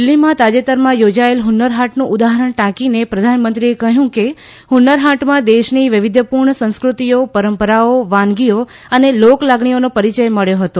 દિલ્ફીમાં તાજેતરમાં યોજાયેલ હુન્નર હાટનું ઉદાહરણ ટાંકીને પ્રધાનમંત્રીએ કહ્યું કે હુન્નર હાટમાં દેશની વૈવિધ્યપૂર્ણ સંસ્કૃતિઓ પરંપરાઓ વાનગીઓ અને લોકલાગણીઓનો પરિચય મળ્યો હતો